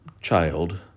child